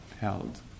held